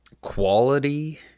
quality